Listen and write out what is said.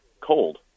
cold